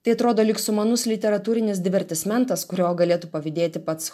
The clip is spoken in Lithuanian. tai atrodo lyg sumanus literatūrinis divertismentas kurio galėtų pavydėti pats